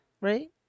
right